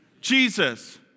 Jesus